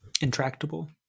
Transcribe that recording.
intractable